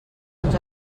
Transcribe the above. uns